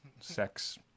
sex